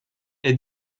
est